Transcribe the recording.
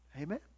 amen